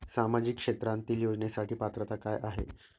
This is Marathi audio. सामाजिक क्षेत्रांतील योजनेसाठी पात्रता काय आहे?